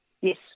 Yes